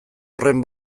horren